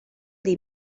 dei